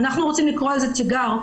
אנחנו רוצים לקרוא על זה תיגר.